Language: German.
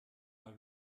mal